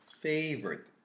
favorite